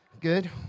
Good